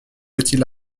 petits